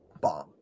bomb